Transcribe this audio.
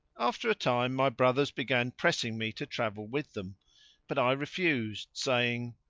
after a time my brothers began pressing me to travel with them but i refused saying,